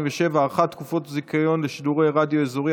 47) (הארכת תקופות הזיכיון לשידורי רדיו אזורי),